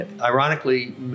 Ironically